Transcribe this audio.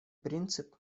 принцип